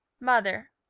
mother